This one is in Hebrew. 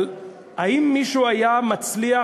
אבל האם מישהו היה מצליח,